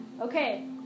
Okay